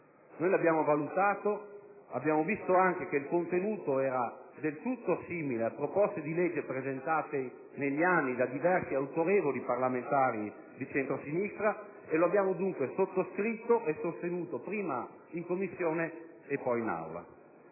Noi l'abbiamo valutato; abbiamo visto anche che il contenuto era del tutto simile a proposte di legge presentate negli anni da diversi autorevoli parlamentari di centrosinistra e lo abbiamo dunque sottoscritto e sostenuto prima in Commissione e poi in Aula.